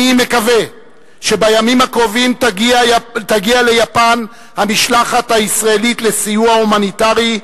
אני מקווה שבימים הקרובים תגיע ליפן המשלחת הישראלית לסיוע הומניטרי,